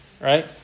right